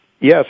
Yes